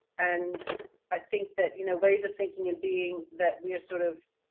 and i think that you know ways of thinking and being that we're sort of